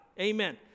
Amen